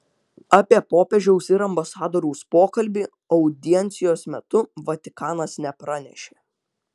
apie popiežiaus ir ambasadoriaus pokalbį audiencijos metu vatikanas nepranešė